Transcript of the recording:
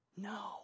No